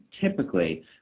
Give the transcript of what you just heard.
typically